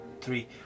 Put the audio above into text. three